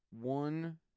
One